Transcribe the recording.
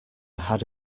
had